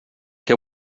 què